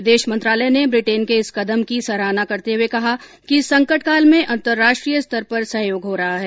विदेश मंत्रालय ने ब्रिटेन के इस कदम की सराहना करते हुए कहा कि इस संकटकाल में अंतराष्ट्रीय स्तर पर सहयोग हो रहा है